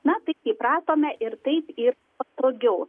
mes taip įpratome ir taip ir patogiau